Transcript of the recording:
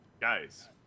Guys